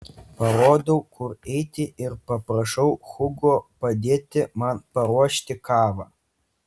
parodau kur eiti ir paprašau hugo padėti man paruošti kavą